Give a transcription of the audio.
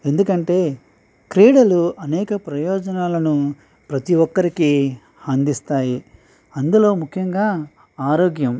ఎందుకంటే క్రీడలు అనేక ప్రయోజనాలను ప్రతి ఒక్కరికి అందిస్తాయి అందులో ముఖ్యంగా ఆరోగ్యం